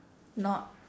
not